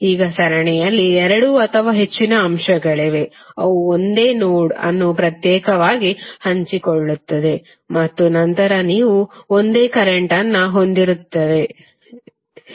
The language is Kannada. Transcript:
ಈಗ ಸರಣಿಯಲ್ಲಿ ಎರಡು ಅಥವಾ ಹೆಚ್ಚಿನ ಅಂಶಗಳಿವೆ ಅವು ಒಂದೇ ನೋಡ್ ಅನ್ನು ಪ್ರತ್ಯೇಕವಾಗಿ ಹಂಚಿಕೊಳ್ಳುತ್ತವೆ ಮತ್ತು ನಂತರ ನೀವು ಅವುಗಳು ಒಂದೇ ಕರೆಂಟ್ ಅನ್ನು ಹೊಂದಿರುತ್ತವೆ ಹೇಳಬಹುದು